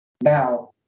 Now